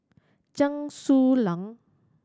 Chen Su Lan